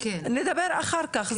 נדבר אחר כך,